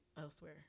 elsewhere